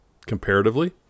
comparatively